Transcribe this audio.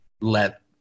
let